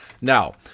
Now